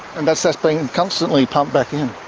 and that's that's being constantly pumped back in?